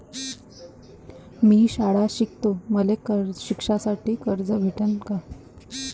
मी शाळा शिकतो, मले शिकासाठी कर्ज भेटन का?